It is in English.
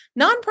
Nonprofit